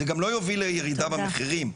זה גם לא יוביל לירידה במחירים.